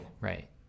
Right